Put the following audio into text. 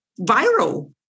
viral